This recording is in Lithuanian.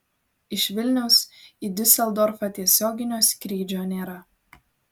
iš vilniaus į diuseldorfą tiesioginio skrydžio nėra